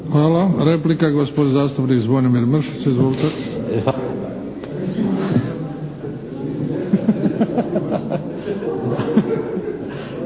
(HDZ)** Replika, gospodin zastupnik Zvonimir Mršić, izvolite.